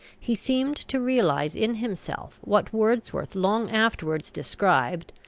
he seemed to realise in himself what wordsworth long afterwards described,